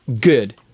good